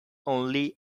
only